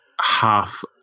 half